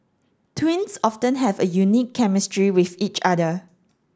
twins often have a unique chemistry with each other